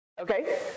okay